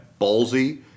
ballsy